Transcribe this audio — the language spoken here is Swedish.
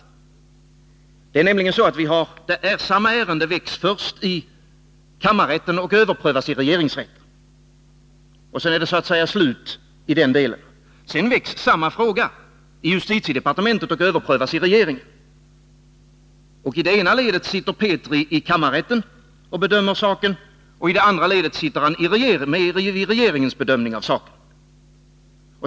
Det är nämligen så att ärendet först väcks i kammarrätten och överprövas i regeringsrätten, och sedan är det så att säga slut i den delen. Därefter väcks samma fråga i justitiedepartementet och överprövas i regeringen. I det ena ledet sitter Carl Axel Petri i kammarrätten och bedömer saken, och i det andra ledet sitter han med vid regeringens bedömning av saken.